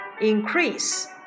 increase